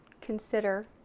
consider